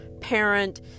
parent